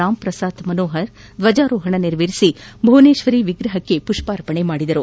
ರಾಮ್ಪ್ರಸಾತ್ ಮನೋಹರ್ ಧ್ವಜಾರೋಹಣ ನೆರವೇರಿಸಿ ಭುವನೇಶ್ವರಿ ವಿಗ್ರಹಕ್ಕೆ ಪುಷ್ಪಾರ್ಪಣೆ ಮಾಡಿದರು